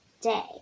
day